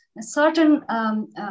certain